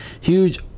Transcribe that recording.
huge